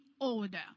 order